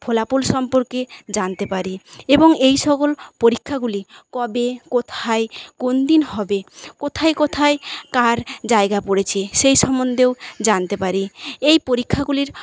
ফলাফল সম্পর্কে জানতে পারি এবং এই সকল পরীক্ষাগুলি কবে কোথায় কোন দিন হবে কোথায় কোথায় কার জায়গা পরেছে সেই সম্মন্ধেও জানতে পারি এই পরীক্ষাগুলির